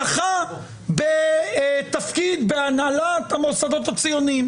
זכה בתפקיד בהנהלת המוסדות הציוניים.